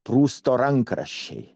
prusto rankraščiai